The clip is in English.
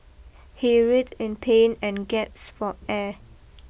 he writhed in pain and gasped for air